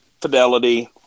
Fidelity